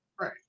Right